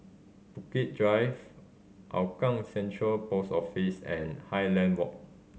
Bukit Drive Hougang Central Post Office and Highland Walk